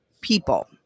people